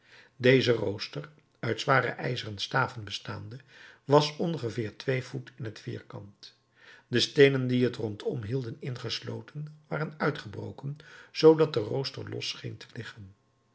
deze rooster uit zware ijzeren staven bestaande was ongeveer twee voet in t vierkant de steenen die het rondom hielden ingesloten waren uitgebroken zoodat de rooster los scheen te liggen